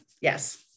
Yes